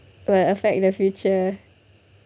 will affect the future